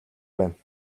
байна